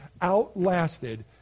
outlasted